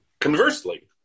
Conversely